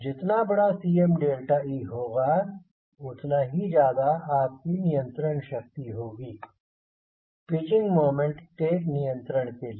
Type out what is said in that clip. जितना बड़ा Cme होगा उतना ही ज्यादा आपकी नियंत्रण शक्ति होगी पिचिंग मोमेंट के नियंत्रण के लिए